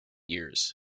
years